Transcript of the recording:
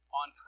on